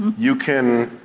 you can,